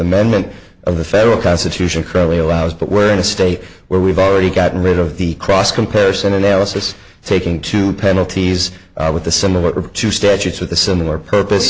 amendment of the federal constitution clearly allows but we're in a state where we've already gotten rid of the cross comparison analysis taking two penalties with the similar to statutes with a similar purpose